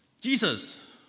Jesus